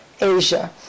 Asia